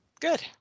Good